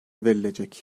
verilecek